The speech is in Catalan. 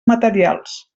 materials